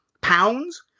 pounds